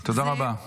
תודה רבה.